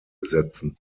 besetzen